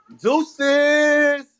Deuces